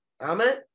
amen